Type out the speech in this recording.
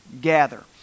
gather